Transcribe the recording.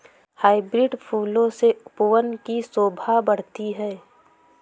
hybrid फूलों से उपवन की शोभा बढ़ती है